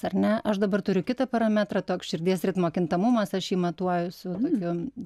ar ne aš dabar turiu kitą parametrą toks širdies ritmo kintamumas aš jį matuoju su tokiu